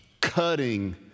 cutting